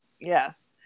Yes